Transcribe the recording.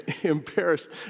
embarrassed